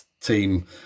team